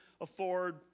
afford